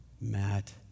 Matt